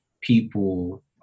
people